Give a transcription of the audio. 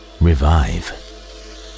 revive